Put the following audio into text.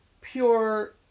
pure